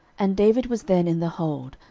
and david was then in the hold,